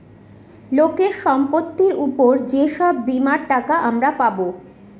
লোকের সম্পত্তির উপর যে সব বীমার টাকা আমরা পাবো